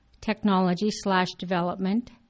technology-slash-development